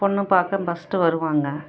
பொண்ணு பார்க்க பஸ்ட்டு வருவாங்க